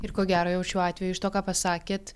ir ko gero jau šiuo atveju iš to ką pasakėt